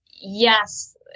yes